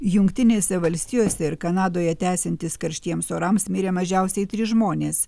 jungtinėse valstijose ir kanadoje tęsiantis karštiems orams mirė mažiausiai trys žmonės